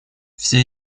все